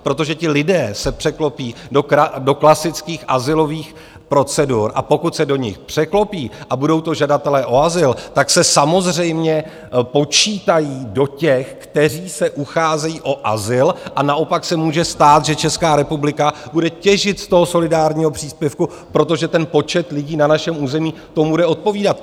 Protože ti lidé se překlopí do klasických azylových procedur, a pokud se do nich překlopí a budou to žadatelé o azyl, tak se samozřejmě počítají do těch, kteří se ucházejí o azyl, a naopak se může stát, že Česká republika bude těžit z toho solidárního příspěvku, protože ten počet lidí na našem území tomu bude odpovídat.